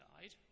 died